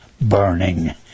burning